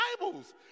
Bibles